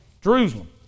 Jerusalem